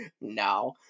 No